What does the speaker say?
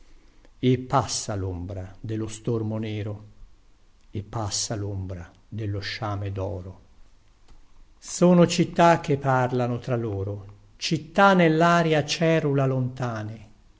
e passa lombra dello stormo nero e passa lombra dello sciame doro sono città che parlano tra loro città nellaria cerula lontane